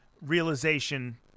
realization